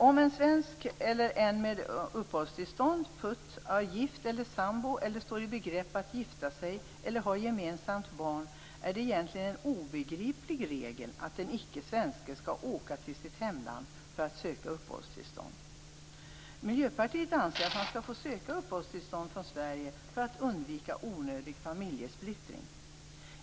För en svensk eller en med uppehållstillstånd som är gift eller sambo eller står i begrepp att gifta sig eller har gemensamt barn med en svensk är det egentligen en obegriplig regel att den icke-svensken skall åka till sitt hemland för att söka uppehållstillstånd. Miljöpartiet anser att man bör få söka uppehållstillstånd från Sverige för att undvika onödig familjesplittring.